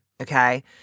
okay